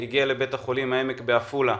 שהגיע לבית החולים העמק בעפולה,